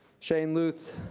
shane luth.